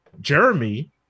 Jeremy